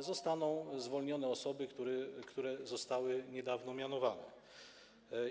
zostaną zwolnione osoby, które zostały niedawno mianowane.